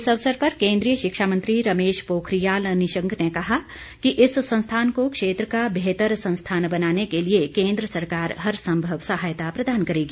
इस अवसर पर केंद्रीय शिक्षा मंत्री रमेश पोखरियाल निशंक ने कहा कि इस संस्थान को क्षेत्र का बेहतर संस्थान बनाने के लिए केंद्र सरकार हर संभव सहायता प्रदान करेगी